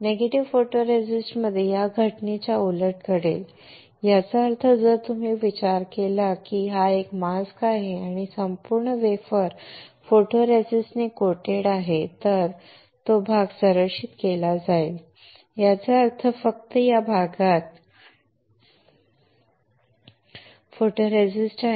negative फोटोरेसिस्टमध्ये या घटनेच्या उलट घडेल याचा अर्थ जर तुम्ही विचार केला की हा एक मास्क आहे आणि संपूर्ण वेफर फोटोरेसिस्टने लेपित आहे तरच तो भाग संरक्षित केला जाईल याचा अर्थ फक्त या भागात फोटोरेसिस्ट आहे